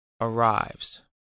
arrives